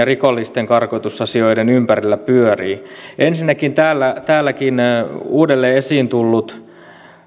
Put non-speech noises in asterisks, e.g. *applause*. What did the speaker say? *unintelligible* rikollisten karkotusasioiden ympärillä pyörii ensinnäkin täälläkin uudelleen esiin tullut